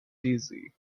dizzy